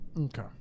Okay